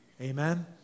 Amen